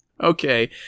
Okay